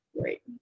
Great